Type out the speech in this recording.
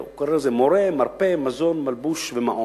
מורה, מרפא, מזון, מלבוש ומעון.